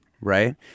Right